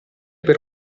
per